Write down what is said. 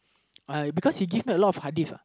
uh because he give me a lot of hadith ah